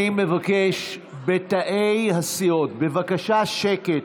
אני מבקש, בתאי הסיעות, בבקשה, שקט.